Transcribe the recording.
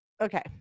okay